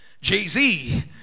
Jay-Z